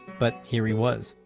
but here he was,